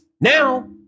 now